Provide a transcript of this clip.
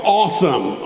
awesome